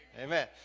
Amen